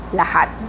lahat